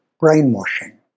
brainwashing